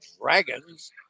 Dragons